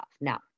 Now